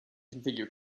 configure